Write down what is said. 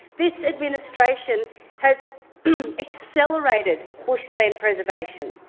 this administration has accelerated bushland preservation.